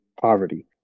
poverty